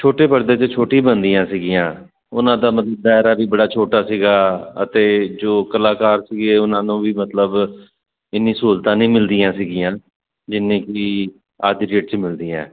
ਛੋਟੇ ਪਰਦੇ ਚੋ ਛੋਟੀ ਬਣਦੀਆਂ ਸੀਗੀਆਂ ਉਹਨਾਂ ਦਾਇਰਾ ਵੀ ਬੜਾ ਛੋਟਾ ਸੀਗਾ ਅਤੇ ਜੋ ਕਲਾਕਾਰ ਸੀਗੇ ਉਹਨਾਂ ਨੂੰ ਵੀ ਮਤਲਬ ਇੰਨੀ ਸਹੂਲਤਾਂ ਨਹੀਂ ਮਿਲਦੀਆਂ ਸੀਗੀਆਂ ਜਿੰਨੇ ਕਿ ਅੱਜ ਡੇਟ 'ਚ ਮਿਲਦੀ ਹੈ ਅੱਜ